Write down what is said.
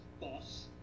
boss